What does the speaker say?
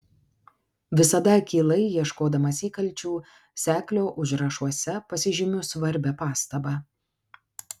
visada akylai ieškodamas įkalčių seklio užrašuose pasižymiu svarbią pastabą